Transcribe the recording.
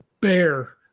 bear